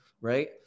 right